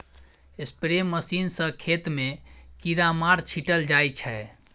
spray machine सँ खेत मे कीरामार छीटल जाइ छै